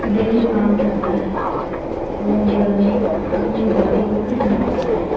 brain में काम करता है और अपनी बॉडी को फिट रखता है